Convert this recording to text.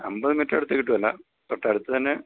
അൻപത് മീറ്റർ അടുത്ത് കിട്ടുകയില്ല തൊട്ടടുത്ത് തന്നെ